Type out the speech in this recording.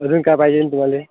अजून काय पाहिजेन तुम्हाला